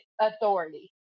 authority